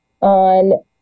on